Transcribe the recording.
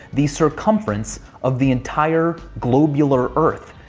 the circumference of the entire globular earth,